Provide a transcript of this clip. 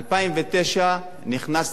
נכון, נכון.